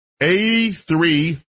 Eighty-three